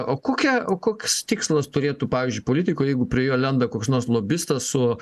o kokia o koks tikslas turėtų pavyzdžiui politikui jeigu prie jo lenda koks nors lobistas su